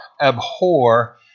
abhor